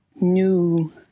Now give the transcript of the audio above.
new